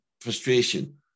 frustration